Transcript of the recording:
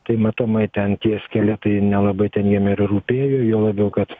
tai matomai ten tie skeletai nelabai ten jiem ir rūpėjo juo labiau kad